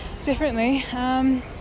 Differently